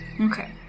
Okay